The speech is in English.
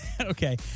okay